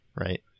right